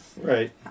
Right